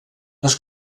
les